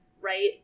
right